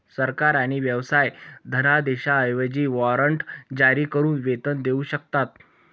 सरकार आणि व्यवसाय धनादेशांऐवजी वॉरंट जारी करून वेतन देऊ शकतात